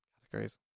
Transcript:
categories